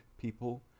people